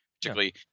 particularly